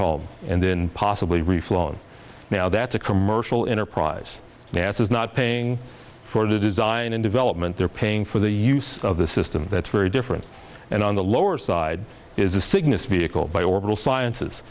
home and then possibly re flown now that's a commercial enterprise nasa is not paying for the design and development they're paying for the use of the system that's very different and on the lower side is the cygnus vehicle by orbital sciences